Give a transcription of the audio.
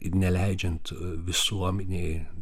ir neleidžiant visuomenei